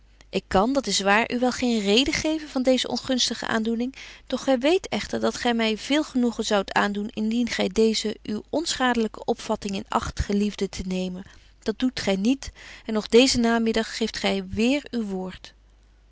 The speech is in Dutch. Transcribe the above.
ik kan dat is waar u wel geen reden geven van deeze ongunstige aandoening doch gy weet echter dat gy my veel genoegen zoudt aandoen indien gy deeze u onschadelyke opvatting in acht geliefde te nemen dat doet gy niet en nog deezen namiddag geeft gy weêr uw woord